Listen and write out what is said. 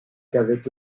qu’avec